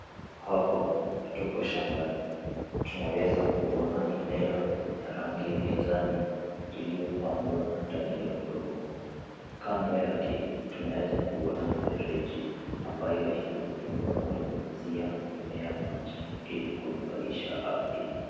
Hapa tuko shambani. Tunaweza kuona mimea ya rangi ya kijani iliyopandwa ndani ya udongo. Kando yake tunaweza kuona mifereji ambayo inatumiwa kunyunyuzia mimea maji ili kunufaisha afya.